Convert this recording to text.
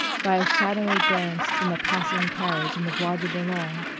by a shadowy glance from a passing carriage in the bois de boulogne!